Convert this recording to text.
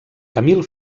camil